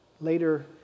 later